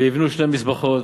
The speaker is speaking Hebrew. ויבנו שני מזבחות,